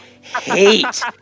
hate